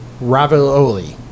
ravioli